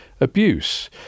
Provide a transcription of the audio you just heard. abuse